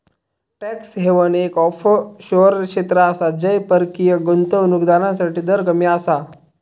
tax haven एक offshore क्षेत्र आसा जय परकीय गुंतवणूक दारांसाठी दर कमी आसा